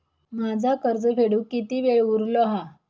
माझा कर्ज फेडुक किती वेळ उरलो हा?